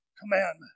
commandment